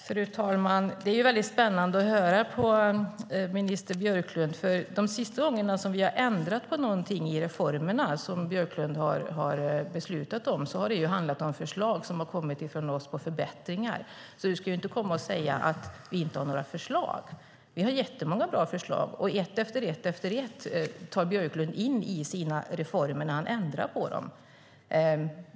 Fru talman! Det är väldigt spännande att höra på minister Björklund. De senaste gångerna vi har ändrat på någonting i reformer som Björklund beslutat om har det handlat om förslag på förbättringar som kommit från oss. Ministern ska inte komma och säga att vi inte har några förslag. Vi har jättemånga bra förslag, och ett efter ett tar Björklund själv in dem i sina reformer när han ändrar på dem.